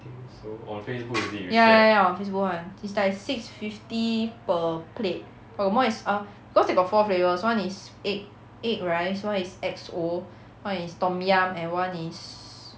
ya ya ya on Facebook [one] is like six fifty per plate err one is cause they got four flavour one is egg egg rice one is X_O one is tom yum and one is